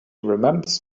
remembers